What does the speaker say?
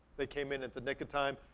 they came in at the nick of time,